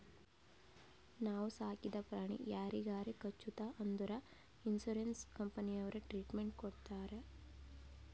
ನಾವು ಸಾಕಿದ ಪ್ರಾಣಿ ಯಾರಿಗಾರೆ ಕಚ್ಚುತ್ ಅಂದುರ್ ಇನ್ಸೂರೆನ್ಸ್ ಕಂಪನಿನವ್ರೆ ಟ್ರೀಟ್ಮೆಂಟ್ ಕೊಡ್ತಾರ್